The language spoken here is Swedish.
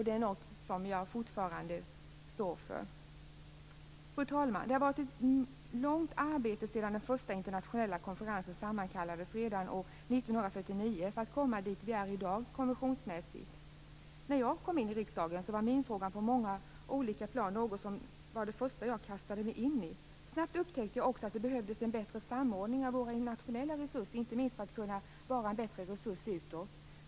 Det är något som jag fortfarande står för. Fru talman! Det har varit mycket arbete sedan första internationella konferensen sammankallades redan år 1949 för att komma dit vi är i dag konventionsmässigt. När jag kom i riksdagen så var minfrågan på olika plan det första jag kastade mig in i. Snabbt upptäckte jag också att det behövdes en bättre samordning av våra nationella resurser, inte minst för att kunna vara en bättre resurs utåt.